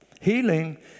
Healing